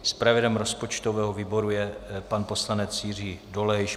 Zpravodajem rozpočtového výboru je pan poslanec Jiří Dolejš.